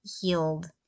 healed